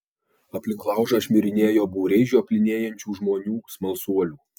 aplink laužą šmirinėjo būriai žioplinėjančių žmonių smalsuolių